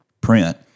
print